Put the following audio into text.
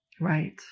Right